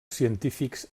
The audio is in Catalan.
científics